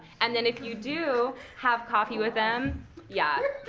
and then if you do have coffee with them yeah,